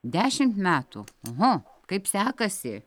dešimt metų o kaip sekasi